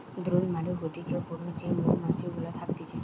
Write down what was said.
drone মানে হতিছে পুরুষ যে মৌমাছি গুলা থকতিছে